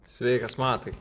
sveikas matai